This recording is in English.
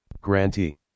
grantee